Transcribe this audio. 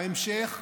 ההמשך,